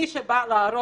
מי שבא להרוג,